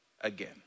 again